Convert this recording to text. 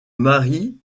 marie